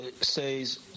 says